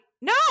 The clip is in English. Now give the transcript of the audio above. no